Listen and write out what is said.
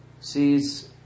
sees